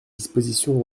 dispositions